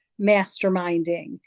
masterminding